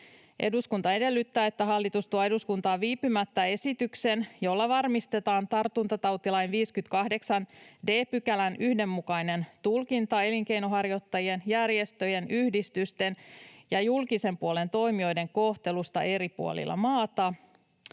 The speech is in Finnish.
”Eduskunta edellyttää, että hallitus tuo eduskuntaan viipymättä esityksen, jolla varmistetaan tartuntatautilain 58 §:n yhdenmukainen tulkinta elinkeinonharjoittajien, järjestöjen, yhdistysten ja julkisen puolen toimijoiden kohtelusta eri puolilla maata.”